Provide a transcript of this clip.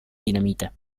dinamite